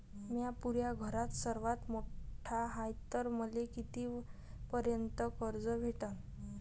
म्या पुऱ्या घरात सर्वांत मोठा हाय तर मले किती पर्यंत कर्ज भेटन?